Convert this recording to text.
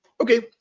Okay